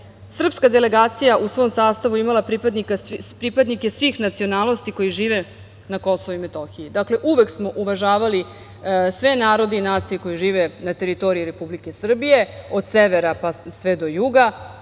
srpska delegacija u svom sastavu imali pripadnike svih nacionalnosti koji žive na Kosovu i Metohiji. Dakle, uvek smo uvažavali sve narode i nacije koje žive na teritoriji Republike Srbije, od severa pa sve do juga,